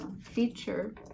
feature